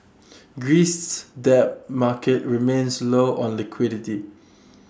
Greece's debt market remains low on liquidity